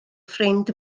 ffrind